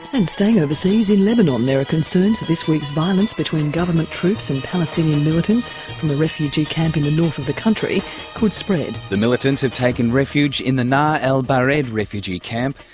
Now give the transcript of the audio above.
and staying overseas, in lebanon there are concerns at this week's violence between government troops and palestinian militants in and the refugee camp in the north of the country could spread. the militants have taken refuge in the nah al-bared refugee camp,